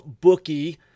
bookie